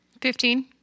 Fifteen